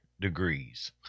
degrees